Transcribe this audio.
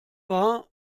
war